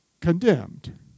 condemned